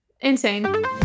Insane